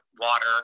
water